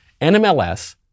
NMLS